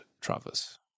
Travis